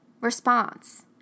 response